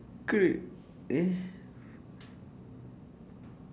ke they eh